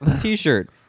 t-shirt